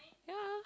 yeah